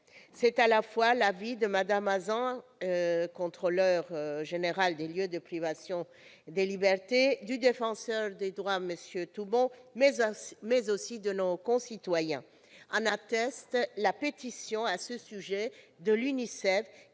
C'est à la fois l'avis de Mme Hazan, Contrôleur général des lieux de privation de liberté, de M. Toubon, Défenseur des droits, mais aussi de nos concitoyens. En atteste la pétition à ce sujet de l'UNICEF,